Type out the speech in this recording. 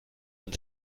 man